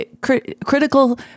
critical